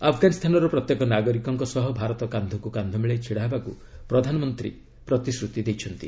ଆଫ୍ଗାନିସ୍ତାନର ପ୍ରତ୍ୟେକ ନାଗରିକଙ୍କ ସହ ଭାରତ କାନ୍ଧକୁ କାନ୍ଧ ମିଳାଇ ଛିଡ଼ା ହେବାକୁ ପ୍ରଧାନମନ୍ତ୍ରୀ ପ୍ରତିଶ୍ରତି ଦେଇଛନ୍ତି